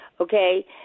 okay